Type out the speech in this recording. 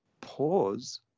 pause